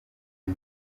ngo